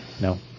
no